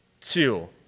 two